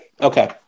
Okay